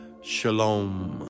Shalom